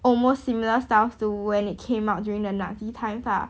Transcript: almost similar styles to when it came out during the nazi times